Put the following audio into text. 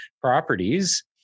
properties